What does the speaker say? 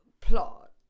plot